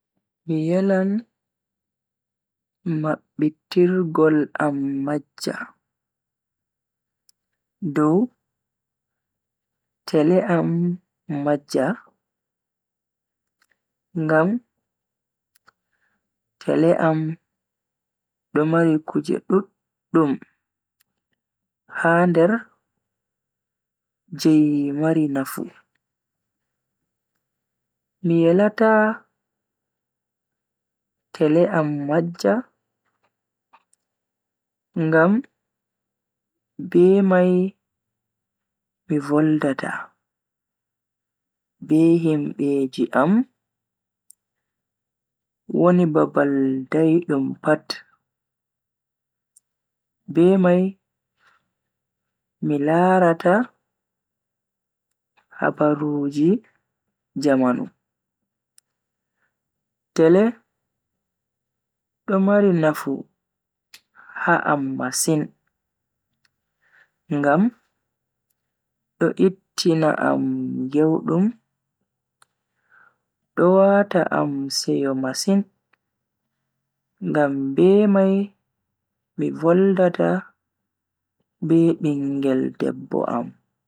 Mi yelan mabbitirgol am majja dow tele am majja, ngam tele am do mari kuje duddum ha nder je mari nafu. Mi yelata tele am majja ngam be mai mi voldata be himbeji am woni babal daidum pat, be mai mi laraata habaruuji jamanu. Tele do mari nafu ha am masin ngam do ittina am gewdum do wata am seyo masin ngam be mai mi voldata be bingel debbo am.